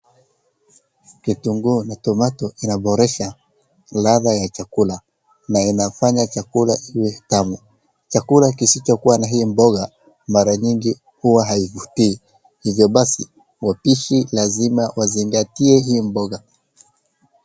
Kitunguu na tomatoe inaboresha ladha ya chakula na inafanya chakula iwe tamu, chakula kisichokua na hii mboga mara nyingi huwa haivutii hivo basi wapishi lazima wazingatie hii mboga.